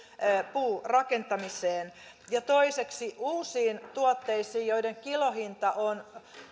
puurakentamiseen ja toiseksi uusiin tuotteisiin joiden kilohinta on